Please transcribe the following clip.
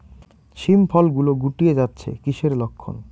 শিম ফল গুলো গুটিয়ে যাচ্ছে কিসের লক্ষন?